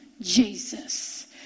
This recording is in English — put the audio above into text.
Jesus